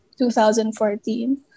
2014